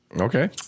Okay